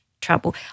trouble